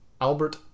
Albert